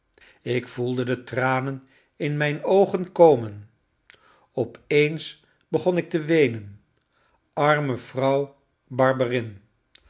ik voelde de tranen in mijn oogen komen opeens begon ik te weenen arme vrouw